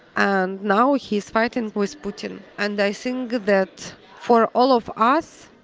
and now he's fighting was putin. and i think that for all of us,